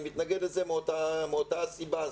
אני מתנגד לזה מאותה הסיבה,